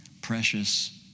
precious